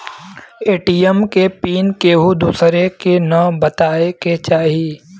ATM के PIN केहू दुसरे के न बताए के चाही